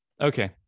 okay